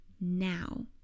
now